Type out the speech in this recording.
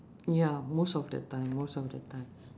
ya most of the time most of the time